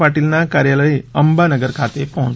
પાટીલના કાર્યાલય અંબા નગર ખાતે પહોંચશે